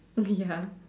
ya